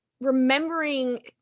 remembering